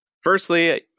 Firstly